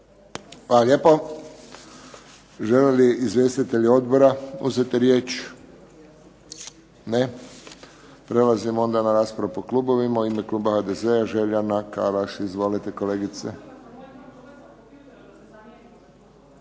lijepo. Želi li izvjestitelj odbora uzeti riječ? Ne. Prelazimo onda na raspravu po klubovima. U ime kluba HDZ-a Željana Kalaš. Izvolite kolegice.